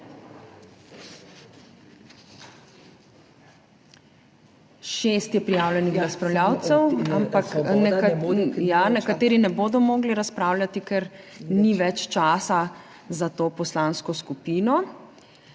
Šest je prijavljenih razpravljavcev, ampak nekateri ne bodo mogli razpravljati, ker ni več časa za to poslansko skupino.